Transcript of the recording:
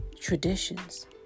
traditions